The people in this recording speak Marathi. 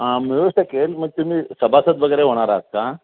हां मिळू शकेल मग तुम्ही सभासद वगैरे होणार आहात का